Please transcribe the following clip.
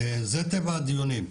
זה טבע הדיונים.